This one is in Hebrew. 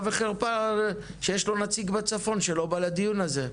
וחרפה שיש לו נציג בצפון שלא בא לדיון הזה.